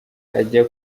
ajya